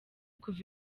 kuva